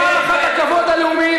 פעם אחת הכבוד הלאומי,